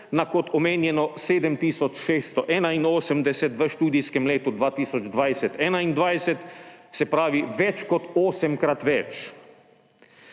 na, kot omenjeno, 7 tisoč 681 v študijskem letu 2020/2021, se pravi več kot osemkrat več.